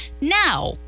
now